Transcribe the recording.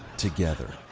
together,